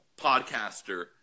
podcaster